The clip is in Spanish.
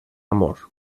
amor